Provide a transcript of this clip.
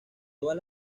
todas